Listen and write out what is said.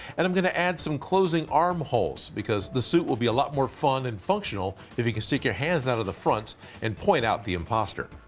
and i'm gonna add some closing armholes because the suit will be a lot more fun and functional. if you can stick your hands out of the front and point out the imposter,